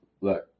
look